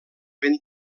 ben